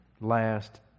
last